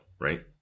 right